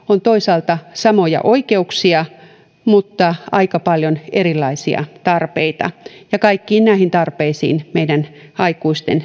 on toisaalta samoja oikeuksia mutta aika paljon erilaisia tarpeita ja kaikkiin näihin tarpeisiin meidän aikuisten